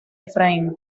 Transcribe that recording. efraín